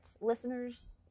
listeners